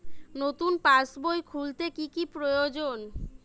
নতুন পাশবই খুলতে কি কি প্রয়োজন?